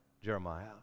jeremiah